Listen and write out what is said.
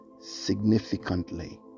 significantly